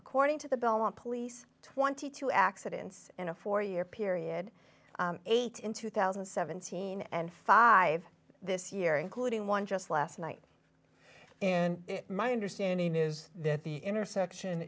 according to the belmont police twenty two accidents in a four year period eight in two thousand and seventeen and five this year including one just last night and my understanding is that the intersection